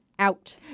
out